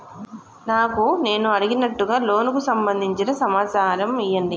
నాకు నేను అడిగినట్టుగా లోనుకు సంబందించిన సమాచారం ఇయ్యండి?